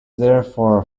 therefore